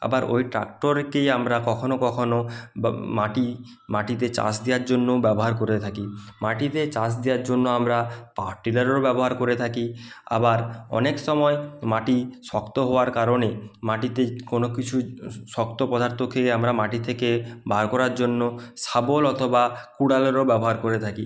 আবার ওই ট্রাক্টরকেই আমরা কখনো কখনো বা মাটি মাটিতে চাষ দেওয়ার জন্যও ব্যবহার করে থাকি মাটিতে চাষ দেওয়ার জন্য আমরা পাওয়ার টিলারেরও ব্যবহার করে থাকি আবার অনেক সময় মাটি শক্ত হওয়ার কারণে মাটিতে কোনও কিছু শক্ত পদার্থকে আমরা মাটি থেকে বার করার জন্য শাবল অথবা কুড়ালেরও ব্যবহার করে থাকি